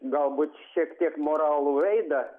galbūt šiek tiek moralų veidą